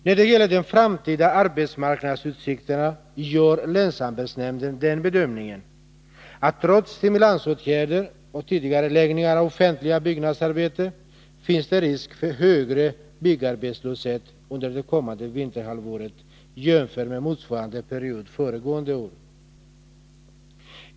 När det gäller de framtida arbetsmarknadsutsikterna gör länsarbetsnämnden den bedömningen att trots stimulansåtgärder och tidigareläggning av offentliga byggnadsarbeten finns det risk för högre byggarbetslöshet under det kommande vinterhalvåret än under motsvarande period föregående år.